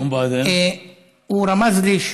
הוא רמז לי,